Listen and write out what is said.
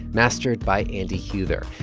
mastered by andy huether.